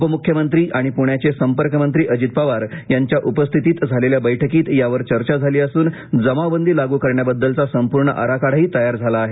उपमुख्यमंत्री आणि पुण्याचे संपर्क मंत्री अजित पवार यांच्या उपस्थितीत झालेल्या बैठकीत यावर चर्चा झाली असून जमाव बंदी लागू करण्याबद्दलचा संपूर्ण आराखडाही तयार झाला आहे